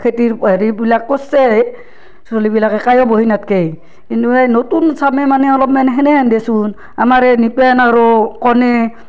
খেতিৰ হেৰিবিলাক কৰছে চলিবিলাকে কায়ো বহি নাথকে কিন্তু এই নতুন চামে মানে অলপমেন সেনেহেন দেচোন আমাৰ এই নিপেন আৰু কণে